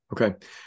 Okay